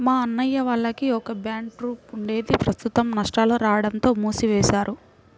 మా అన్నయ్య వాళ్లకి ఒక బ్యాండ్ ట్రూప్ ఉండేది ప్రస్తుతం నష్టాలు రాడంతో మూసివేశారు